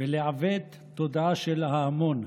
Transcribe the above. ולעוות תודעה של ההמונים,